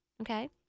Okay